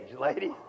ladies